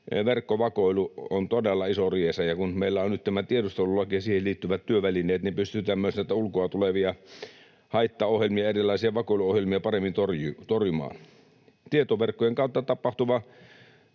verkkovakoilu on todella iso riesa. Ja kun meillä on nyt tämä tiedustelulaki ja siihen liittyvät työvälineet, niin pystytään myös näitä ulkoa tulevia haittaohjelmia, erilaisia vakoiluohjelmia, paremmin torjumaan. Tietoverkkojen kautta tapahtuva